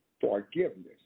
forgiveness